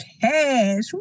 cash